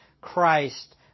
Christ